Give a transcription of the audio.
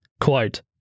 Quote